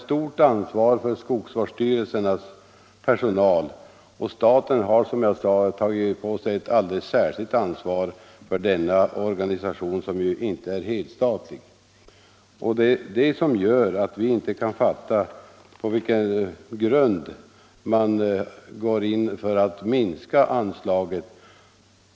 Staten har, som jag nämnde, tagit på sig ett alldeles särskilt ansvar för denna organisation, som inte är helstatlig, och för dess personal. Det är det som gör att vi inte kan fatta på vilken grund man här går in för att minska anslaget.